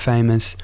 Famous